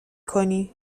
کنی